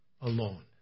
alone